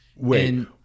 Wait